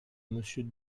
monsieur